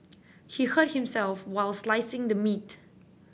he hurt himself while slicing the meat